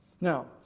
Now